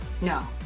No